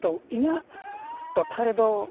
ᱛᱚ ᱤᱧᱟᱹᱜ ᱴᱚᱴᱷᱟ ᱨᱮᱫᱚ